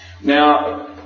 Now